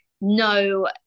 no